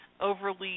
overly